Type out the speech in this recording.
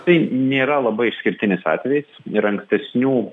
tai nėra labai išskirtinis atvejis ir ankstesnių